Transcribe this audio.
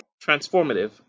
transformative